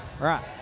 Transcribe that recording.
right